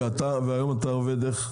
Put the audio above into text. איך אתה עובד היום?